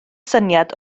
syniad